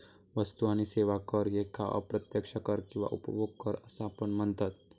वस्तू आणि सेवा कर ह्येका अप्रत्यक्ष कर किंवा उपभोग कर असा पण म्हनतत